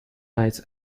nights